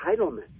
entitlement